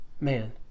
man